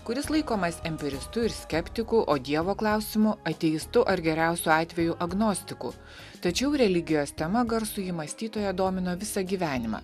kuris laikomas empiristu ir skeptiku o dievo klausimu ateistu ar geriausiu atveju agnostiku tačiau religijos tema garsųjį mąstytoją domino visą gyvenimą